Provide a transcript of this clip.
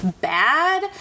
bad